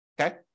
okay